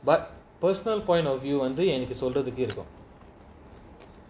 but personal point of view I'm doing வந்துஎனக்குசொல்றதுக்குஇருக்கும்:vandhu enna solrathuku irukum